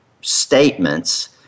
statements